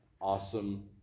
awesome